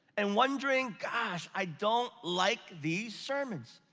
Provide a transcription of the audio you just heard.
and wondering, gosh, i don't like these sermons.